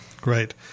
Great